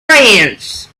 fence